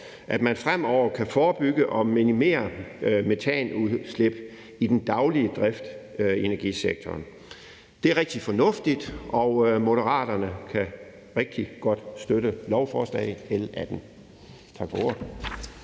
at man fremover kan forebygge og minimere metanudslip i den daglige drift i energisektoren. Det er rigtig fornuftigt, og Moderaterne kan rigtig godt støtte lovforslag L 18.